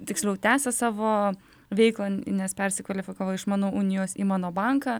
tiksliau tęsia savo veiklą nes persikvalifikavo iš mano unijos į mano banką